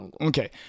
Okay